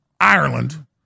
Ireland